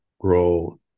grow